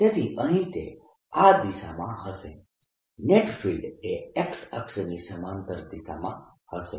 તેથી અહીં તે આ દિશામાં હશે નેટ ફિલ્ડ એ X અક્ષની સમાંતર દિશામાં હશે